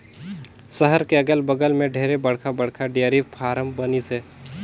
सहर के अगल बगल में ढेरे बड़खा बड़खा डेयरी फारम बनिसे